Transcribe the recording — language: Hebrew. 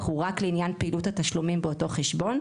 הוא רק לעניין פעילות התשלומים באותו חשבון,